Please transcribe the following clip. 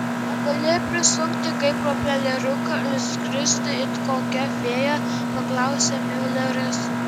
ar gali prisukti kaip propeleriuką ir skristi it kokia fėja paklausė miuleris